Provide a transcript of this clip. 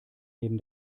neben